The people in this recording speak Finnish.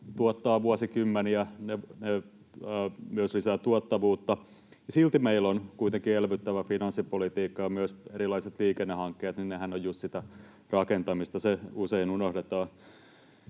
tuottavat vuosikymmeniä ja myös lisäävät tuottavuutta. Silti meillä on kuitenkin elvyttävä finanssipolitiikka, ja myös erilaiset liikennehankkeethan ovat just sitä rakentamista. Se usein unohdetaan.